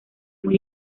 muy